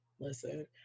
Listen